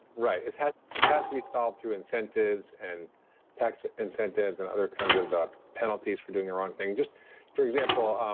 right. it has it has to be solved through incentives and tax ah incentives and other kinds of penalties for doing the wrong thing. just for example, um